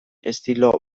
estilo